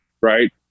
right